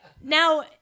now